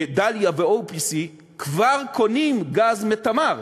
"דליה" ו-OPC כבר קונים גז מ"תמר",